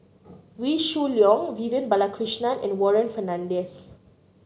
Wee Shoo Leong Vivian Balakrishnan and Warren Fernandez